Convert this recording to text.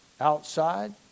outside